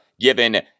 given